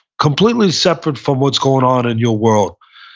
completely separate from what's going on in your world,